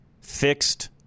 fixed